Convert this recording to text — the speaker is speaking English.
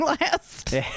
last